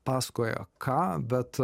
pasakojo ką bet